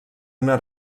una